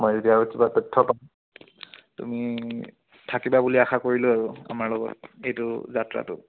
মই এতিয়া আৰু কিবা তথ্য তুমি থাকিবা বুলি আশা কৰিলোঁ আৰু আমাৰ লগত এইটো যাত্ৰাটোত